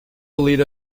lead